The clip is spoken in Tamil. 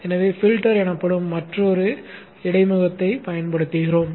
எனவே பில்டர் எனப்படும் மற்றொரு இடைமுகத்தைப் பயன்படுத்துகிறோம்